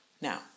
Now